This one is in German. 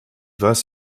weiß